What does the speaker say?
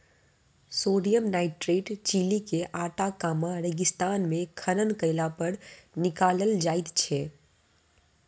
sodium nitrate Chile के Atacama रेगिस्तान मे खनन कयलापर निकालल जाइत छै